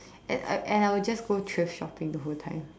and I and I will just go thrift shopping the whole time